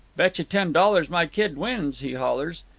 betcha ten dollars my kid wins he hollers.